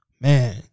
man